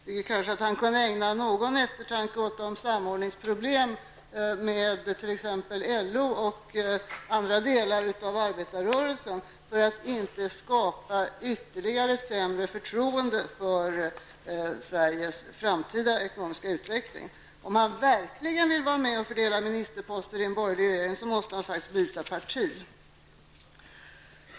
Med åtminstone någon eftertanke kunde väl finansministern beakta de samordningsproblem som finns t.ex. när det gäller LO och andra delar av arbetsrörelsen -- detta för att förtroendet för den framtida ekonomiska utvecklingen inte skall försämras ytterligare. Om Allan Larsson verkligen vill vara med och fördela ministerposter i en borgerlig regering, måste han faktiskt byta parti.